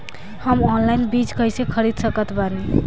हम ऑनलाइन बीज कइसे खरीद सकत बानी?